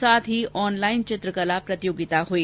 साथ ही ऑनलाइन चित्रकला प्रतियोगिता हुई